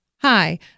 Hi